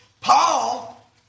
Paul